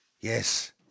Yes